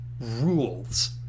rules